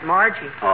Margie